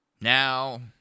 Now